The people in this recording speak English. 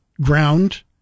ground